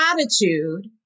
attitude